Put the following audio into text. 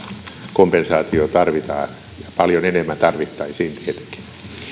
kompensaatio tarvitaan paljon enemmän tarvittaisiin tietenkin